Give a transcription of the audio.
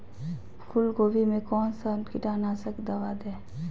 फूलगोभी में कौन सा कीटनाशक दवा दे?